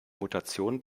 mutation